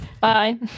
bye